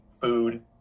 food